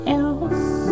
else